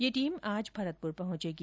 यह टीम आज भरतपुर पहुंचेगी